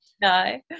No